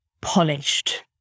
polished